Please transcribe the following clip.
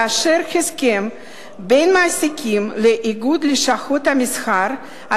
לאשר הסכם בין המעסיקים לאיגוד לשכות המסחר,